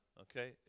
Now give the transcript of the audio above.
Okay